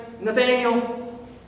Nathaniel